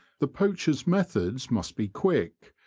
the poacher's methods must be quick,